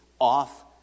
off